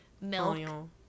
milk